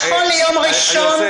נכון ליום ראשון,